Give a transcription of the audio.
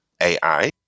AI